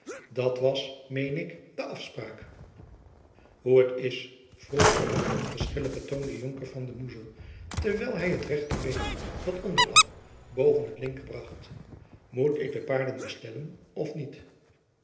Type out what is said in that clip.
dat was meen ik de afspraak hoe is het vroeg op een onverschilligen toon de jonker van de moezel terwijl hy het rechter been dat onder lag boven het linker bracht moet ik de paarden bestellen of niet